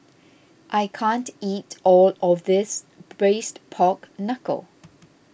I can't eat all of this Braised Pork Knuckle